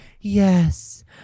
yes